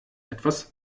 etwas